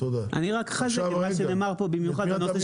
אני רק אחרי זה בגלל שנאמר פה במיוחד לגבי